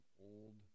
old